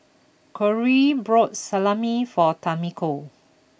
Korey bought Salami for Tamiko